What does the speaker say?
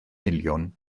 miliwn